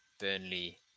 Burnley